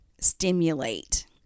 stimulate